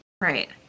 right